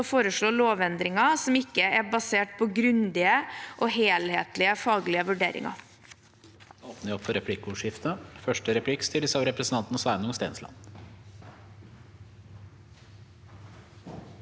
å foreslå lovendringer som ikke er basert på grundige og helhetlige faglige vurderinger.